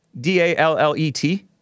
D-A-L-L-E-T